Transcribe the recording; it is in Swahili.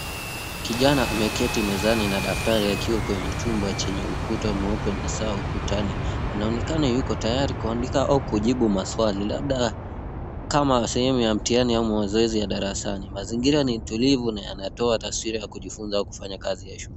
Kijana ameketi mezani na daftari akiwa kwenye chumba chenye ukuta mweupe na saa ukutani. Anaonekana yuko tayari kuandika au kujibu maswali, labda kama sehemu ya mtihani au mazoezi ya darasani. Mazingira ni tulivu na yanatoa taswira ya kujifunza au kufanya kazi ya shule.